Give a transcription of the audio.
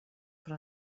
però